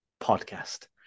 Podcast